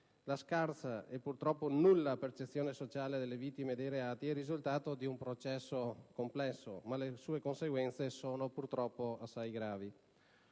La scarsa - o, purtroppo, nulla - percezione sociale delle vittime dei reati è il risultato di un processo complesso, ma le sue conseguenze sono purtroppo assai gravi.